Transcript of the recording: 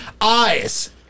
eyes